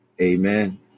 Amen